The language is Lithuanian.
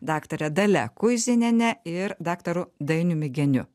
daktare dalia kuiziniene ir daktaru dainiumi geniu